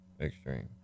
extreme